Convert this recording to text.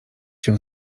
się